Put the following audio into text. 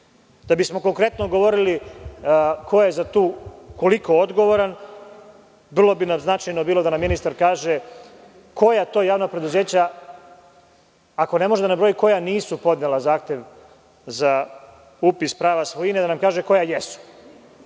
bismo konkretno govorili ko je tu koliko odgovoran, vrlo bi nam značajno bilo da nam ministar kaže koja to javna preduzeća, ako ne može da nabroji koja nisu podnela zahtev za upis prava svojine, da nam kaže koja jesu?